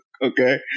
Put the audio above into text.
Okay